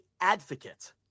advocate